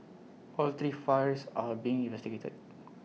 all three fires are being investigated